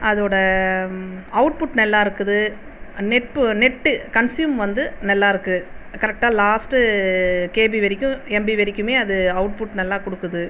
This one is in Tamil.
அதோடய அவுட்புட் நல்லா இருக்குது நெட் நெட் கன்ஸ்யூம் வந்து நல்லாயிருக்கு கரெக்டாக லாஸ்ட் கேபி வரைக்கும் எம்பி வரைக்குமே அது அவுட்புட் நல்லாகொடுக்குது